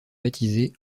baptisé